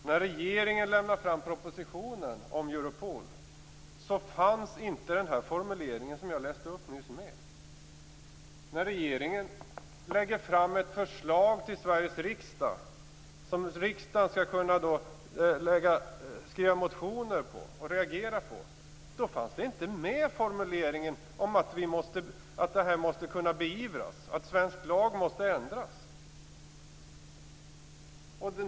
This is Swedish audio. När regeringen lägger fram sin proposition om Europol finns inte den formulering med som jag nyss har läst upp. När regeringen lägger fram ett förslag i Sveriges riksdag, utifrån vilket vi i riksdagen sedan skall skriva motioner och reagera, finns inte formuleringen med om att det här måste kunna beivras, att svensk lag måste ändras.